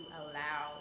allow